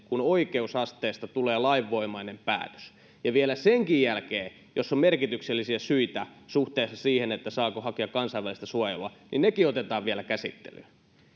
kun oikeusasteesta tulee lainvoimainen päätös ja vielä senkin jälkeen jos on merkityksellisiä syitä suhteessa siihen saako hakija kansainvälistä suojelua nekin otetaan vielä käsittelyyn